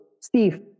Steve